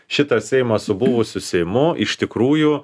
šitą seimą su buvusiu seimu iš tikrųjų